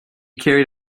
carried